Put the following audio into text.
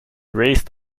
raced